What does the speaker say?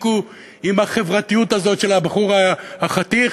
תפסיקו עם החברתיות הזאת של הבחור החתיך,